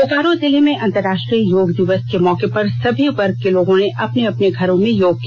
बोकारो जिले में अंतरराष्ट्रीय योग दिवस के मौके पर सभी वर्ग के लोगों ने अपने अपने घरों में योग किया